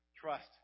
trust